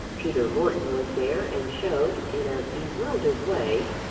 peter morton was there and showed, in a bewildered way,